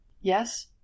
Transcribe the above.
Yes